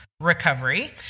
recovery